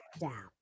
down